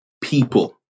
people